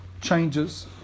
changes